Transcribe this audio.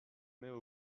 mets